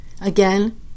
Again